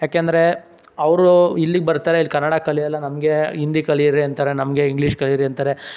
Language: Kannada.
ಯಾಕೆಂದರೆ ಅವರು ಇಲ್ಲಿಗೆ ಬರ್ತಾರೆ ಇಲ್ಲಿ ಕನ್ನಡ ಕಲಿಯೋಲ್ಲ ನಮಗೆ ಹಿಂದಿ ಕಲಿಯಿರಿ ಅಂತಾರೆ ನಮಗೆ ಇಂಗ್ಲೀಷ್ ಕಲಿಯಿರಿ ಅಂತಾರೆ